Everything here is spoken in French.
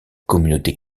communauté